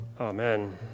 Amen